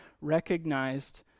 recognized